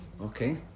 okay